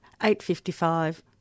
855